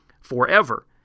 forever